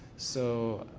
so,